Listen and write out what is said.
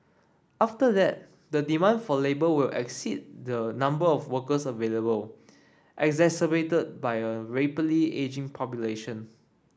after that the demand for labour will exceed the number of workers available exacerbated by a rapidly ageing population